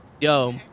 Yo